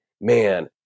man